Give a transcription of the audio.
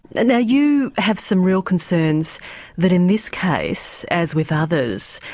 and now you have some real concerns that in this case, as with others,